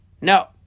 No